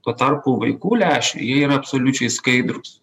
tuo tarpu vaikų lęšiai jie yra absoliučiai skaidrūs